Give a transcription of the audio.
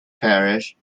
parish